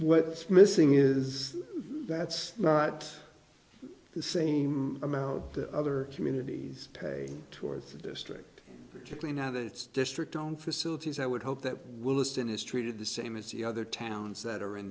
what's missing is that's not the same amount the other communities pay towards the district to clean out its district own facilities i would hope that will list and is treated the same as the other towns that are in